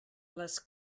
les